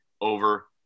over